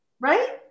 Right